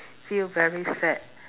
feel very sad